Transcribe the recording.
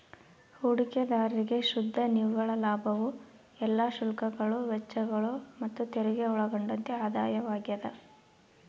ಹೂಡಿಕೆದಾರ್ರಿಗೆ ಶುದ್ಧ ನಿವ್ವಳ ಲಾಭವು ಎಲ್ಲಾ ಶುಲ್ಕಗಳು ವೆಚ್ಚಗಳು ಮತ್ತುತೆರಿಗೆ ಒಳಗೊಂಡಂತೆ ಆದಾಯವಾಗ್ಯದ